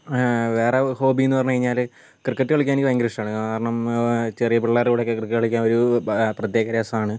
വേറെ ഹോബി എന്ന് പറഞ്ഞ് കഴിഞ്ഞാൽ ക്രിക്കറ്റ് കളിക്കാൻ എനിക്ക് ഭയങ്കര ഇഷ്ടമാണ് കാരണം ചെറിയ പിള്ളേരുടെ കൂടെയൊക്കെ ക്രിക്കറ്റ് കളിക്കാൻ ഒക്കെ ഒരു പ്രത്യേക രസമാണ്